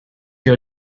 your